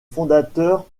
fondateur